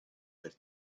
per